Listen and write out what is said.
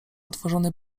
otworzony